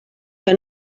que